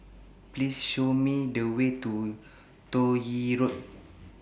Please Show Me The Way to Toh Yi Road